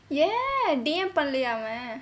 ஏன்:yaen D_M பண்ணலையா அவன்:pannalaiya avan